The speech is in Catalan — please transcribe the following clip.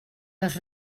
les